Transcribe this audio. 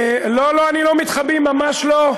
לא לא, לא מתחבאים, ממש לא,